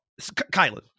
Kylan